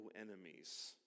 enemies